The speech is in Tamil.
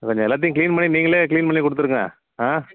கொஞ்சம் எல்லாத்தையும் கிளீன் பண்ணி நீங்களே கிளீன் பண்ணி கொடுத்துருங்க ஆ